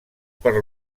per